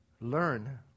learn